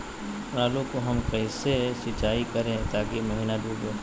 आलू को हम कैसे सिंचाई करे ताकी महिना डूबे?